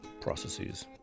processes